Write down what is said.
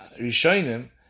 Rishonim